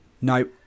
No